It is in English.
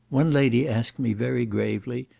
one lady asked me very gravely,